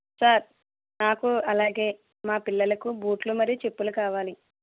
sir నాకు అలాగే మా పిల్లలకు బూట్లు మరియు చెప్పులు కావాలి